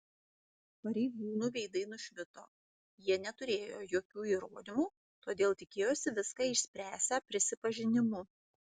pareigūnų veidai nušvito jie neturėjo jokių įrodymų todėl tikėjosi viską išspręsią prisipažinimu